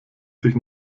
sich